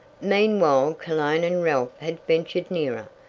meanwhile cologne and ralph had ventured nearer.